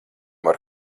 var